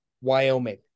Wyoming